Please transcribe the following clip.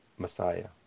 messiah